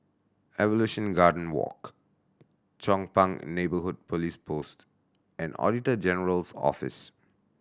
Evolution Garden Walk Chong Pang Neighbourhood Police Post and Auditor General's Office